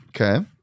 Okay